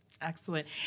Excellent